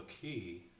key